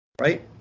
Right